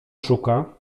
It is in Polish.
szuka